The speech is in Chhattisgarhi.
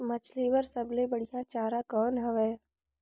मछरी बर सबले बढ़िया चारा कौन हवय?